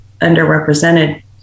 underrepresented